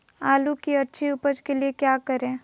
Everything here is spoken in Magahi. आलू की अच्छी उपज के लिए क्या करें?